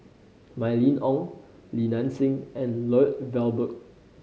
Mylene Ong Li Nanxing and Lloyd Valberg